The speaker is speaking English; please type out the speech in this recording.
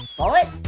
bullet?